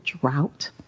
drought